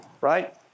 right